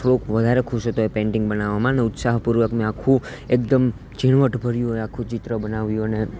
થોડોક વધારે ખુશ હતો એ પેંટિંગ બનાવવામાં ને ઉત્સાહ પૂર્વક મેં આખું એકદમ ઝીણવટભર્યું એ આખું ચિત્ર બનાવ્યું અને